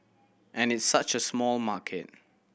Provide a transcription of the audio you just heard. and it's such a small market